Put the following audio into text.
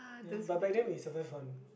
ya but back then we survive on